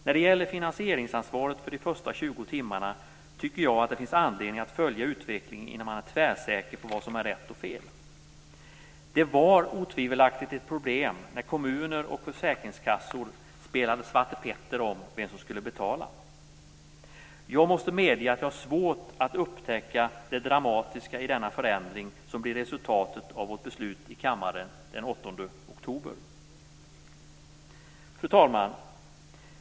När det gäller finansieringsansvaret för de första 20 timmarna tycker jag att det finns anledning att följa utvecklingen innan man är tvärsäker på vad som är rätt och fel. Det var otvivelaktigt ett problem när kommunerna och försäkringskassorna spelade Svarte Petter om vem som skulle betala. Jag måste medge att jag har svårt att upptäcka det dramatiska i denna förändring, som blir resultatet av vårt beslut i kammaren den 8 oktober i år. Fru talman!